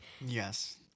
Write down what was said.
Yes